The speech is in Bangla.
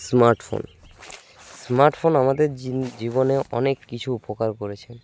স্মার্টফোন স্মার্টফোন আমাদের জীবনে অনেক কিছু উপকার করেছেন